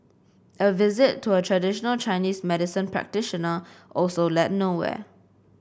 a visit to a traditional Chinese medicine practitioner also led nowhere